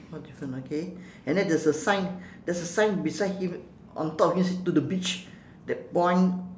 one different okay and then there's a sign there's a sign beside him on top of him say to the beach that point